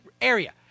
area